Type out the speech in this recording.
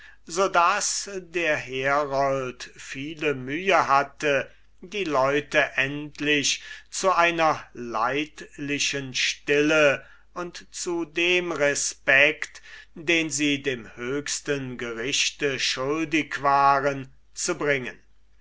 daß der herold viele mühe hatte die leute endlich zu einer leidlichen stille und zu dem respect den sie dem höchsten gerichte schuldig waren zu bringen